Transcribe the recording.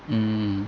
mm